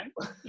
right